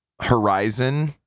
Horizon